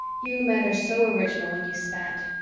you men are so original when you spat.